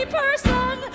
person